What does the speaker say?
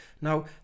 Now